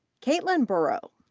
katelin burow,